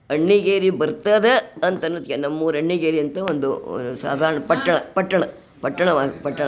ಅಣ್ಣಿಗೇರಿ ಬರ್ತದ ಅಂತನ್ನುದ್ಕೆ ನಮ್ಮೂರ ಅಣ್ಣಿಗೇರಿ ಅಂತ ಒಂದು ಸಾಧಾರ್ಣ ಪಟ್ಟಣ ಪಟ್ಟಣ ಪಟ್ಟಣವ ಪಟ್ಟಣ